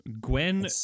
Gwen